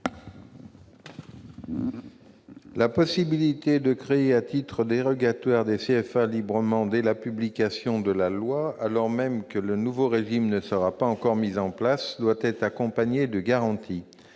La possibilité de créer librement des CFA, à titre dérogatoire, dès la publication de la loi, alors même que le nouveau régime ne sera pas encore mis en place, doit être accompagnée de garanties.